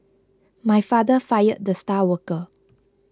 my father fired the star worker